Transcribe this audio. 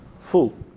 full